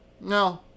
No